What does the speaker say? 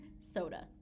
soda